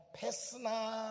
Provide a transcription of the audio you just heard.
personal